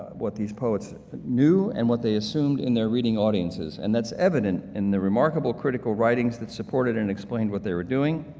what these poets knew and what they assumed in their reading audiences. and that's evident in the remarkable critical writings that supported and explained what they were doing,